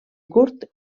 curt